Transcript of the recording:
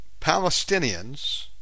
Palestinians